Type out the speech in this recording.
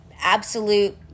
absolute